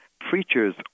preachers